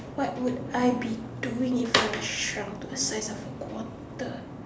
what would I be doing if I were shrunk to the size of a quarter